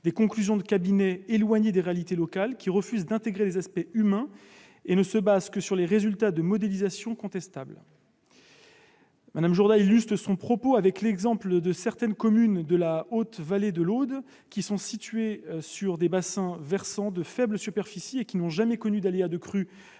des conclusions de cabinets éloignés des réalités locales qui refusent d'intégrer les aspects humains et ne se fondent que sur les résultats de modélisations contestables. Mme Jourda illustre son propos avec l'exemple de certaines communes de la haute vallée de l'Aude situées sur des bassins versants de faible superficie et qui n'ont jamais connu d'aléa de crue